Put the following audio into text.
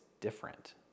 different